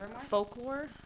Folklore